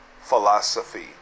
philosophy